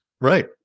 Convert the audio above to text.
Right